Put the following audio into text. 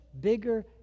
bigger